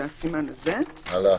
(ב)